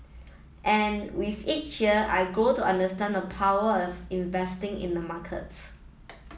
and with each year I grew to understand the power of investing in the markets